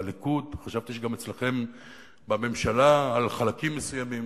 בליכוד, חשבתי שגם אצלכם, בממשלה, לחלקים מסוימים